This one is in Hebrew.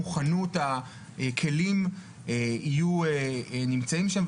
המוכנות והכלים יהיו שם,